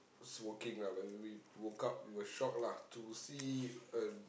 smoking lah when we woke up we were shock lah to see a